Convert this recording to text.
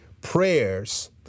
prayers